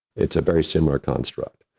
it's a very similar construct.